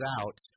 out